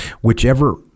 Whichever